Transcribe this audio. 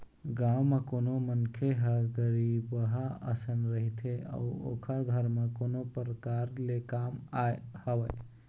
गाँव म कोनो मनखे ह गरीबहा असन रहिथे अउ ओखर घर म कोनो परकार ले काम आय हवय